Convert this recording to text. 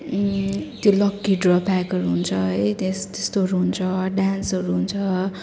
त्यो lucky draw प्याकहरू हुन्छ है त्यस त्यस्तोहरू हुन्छ डान्सहरू हुन्छ